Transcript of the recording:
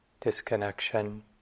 disconnection